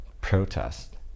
protest